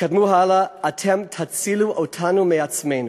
תתקדמו הלאה, אתם תצילו אותנו מעצמנו.